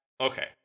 okay